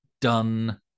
done